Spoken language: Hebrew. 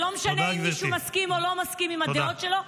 זה לא משנה אם מישהו מסכים או לא מסכים עם הדעות שלו,